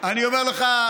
אני אומר לך,